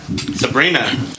Sabrina